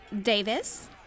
Davis